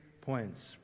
points